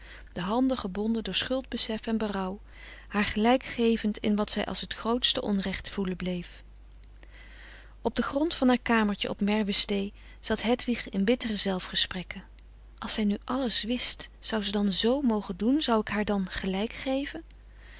de handen gebonden door schuldbesef en berouw haar gelijk gevend in wat zij als t grootste onrecht voelen bleef op den grond van haar kamertje op merwestee zat hedwig in bittere zelfgesprekken als zij nu alles wist zou ze dan z mogen doen zou ik haar dan gelijk geven